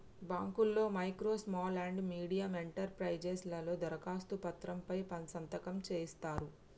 బాంకుల్లో micro small and medium enterprises లలో దరఖాస్తు పత్రం పై సంతకం సేయిత్తరు